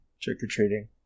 trick-or-treating